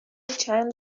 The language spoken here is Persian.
چند